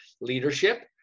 leadership